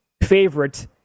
favorite